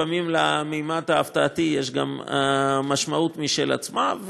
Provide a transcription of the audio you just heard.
לפעמים לממד ההפתעה יש משמעות משל עצמו.